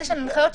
איזשהן הנחיות,